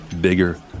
bigger